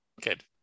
Good